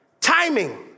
Timing